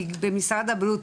כי במשרד הבריאות,